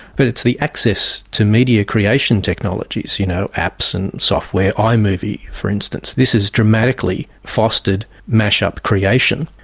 but it's the access to media creation technologies, you know apps and software, ah imovie for instance, this has dramatically fostered mash-up creation.